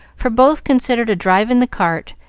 for both considered a drive in the cart,